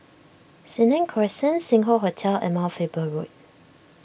Senang Crescent Sing Hoe Hotel and Mount Faber Road